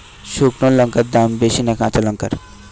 শুক্নো লঙ্কার দাম বেশি না কাঁচা লঙ্কার?